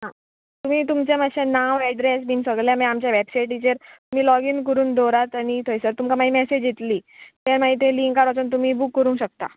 आ तुमी तुमचें मात्शें नांव एड्रेस बीन सगळें आमी आमच्या वेबसायटीचेर तुमी लॉगीन करून दवरात आनी थंयसर तुमकां मागीर मॅसेज येतली तें मागीर ते लिंकार वचून तुमी बूक करूंक शकता